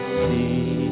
see